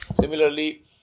Similarly